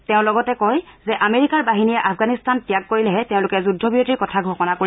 তেওঁ লগতে কয় যে আমেৰিকাৰ বাহিনীয়ে আফগানিস্তান ত্যাগ কৰিলেহে তেওঁলোকে যুদ্ধবিৰতিৰ কথা ঘোষণা কৰিব